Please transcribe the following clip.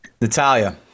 Natalia